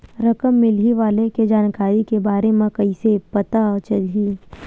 रकम मिलही वाले के जानकारी के बारे मा कइसे पता चलही?